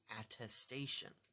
attestation